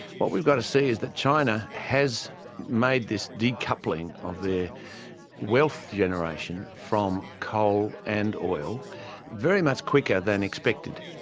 what we've got to see is that china has made this decoupling of their wealth generation from coal and oil very much quicker than expected.